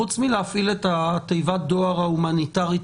חוץ מלהפעיל את תיבת הדואר ההומניטרית